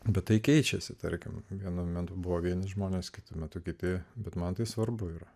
bet tai keičiasi tarkim vienu metu buvo vieni žmonės kitu metu kiti bet man tai svarbu yra